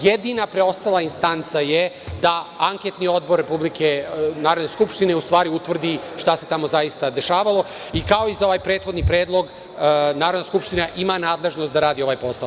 Jedina preostala instanca je da anketni odbor Narodne skupštine utvrdi šta se tamo zaista dešavalo, i kao i za ovaj prethodni predlog, Narodna skupština ima nadležnost da radi ovaj posao.